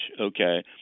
okay